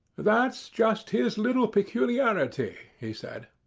that's just his little peculiarity, he said.